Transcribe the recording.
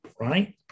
Right